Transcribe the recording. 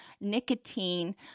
nicotine